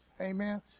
amen